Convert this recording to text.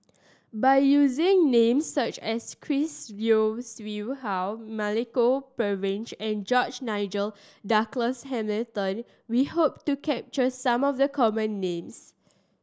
by using names such as Chris Yeo Siew Hua Milenko Prvacki and George Nigel Douglas Hamilton we hope to capture some of the common names